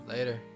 Later